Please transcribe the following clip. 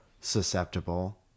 susceptible